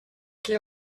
que